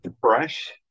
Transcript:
fresh